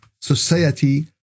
society